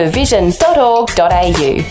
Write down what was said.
vision.org.au